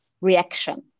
reaction